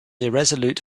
irresolute